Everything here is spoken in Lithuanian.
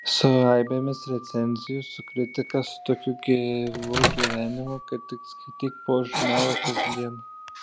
su aibėmis recenzijų su kritika su tokiu gyvu gyvenimu kad tik skaityk po žurnalą kasdien